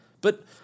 But-